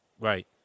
Right